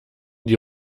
die